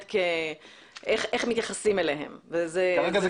כרגע היחס הוא כאל רכוש.